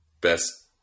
best